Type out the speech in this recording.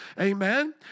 Amen